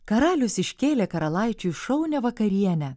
karalius iškėlė karalaičiui šaunią vakarienę